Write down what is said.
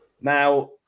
Now